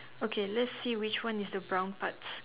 okay let's see which one is the brown parts